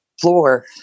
floor